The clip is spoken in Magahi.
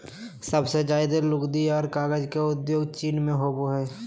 सबसे ज्यादे लुगदी आर कागज के उद्योग चीन मे होवो हय